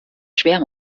schwer